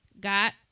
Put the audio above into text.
Got